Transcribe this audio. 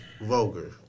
Vulgar